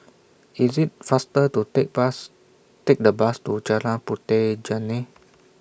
IS IT faster to Take Bus Take The Bus to Jalan Puteh Jerneh